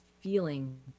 feeling